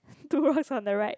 two rocks on the right